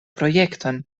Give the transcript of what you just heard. projekton